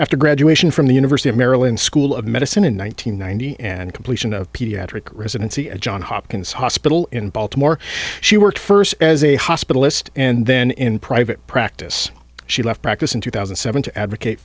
after graduation from the university of maryland school of medicine in one thousand nine hundred and completion of pediatric residency at john hopkins hospital in baltimore she worked first as a hospitalist and then in private practice she left practice in two thousand and seven to advocate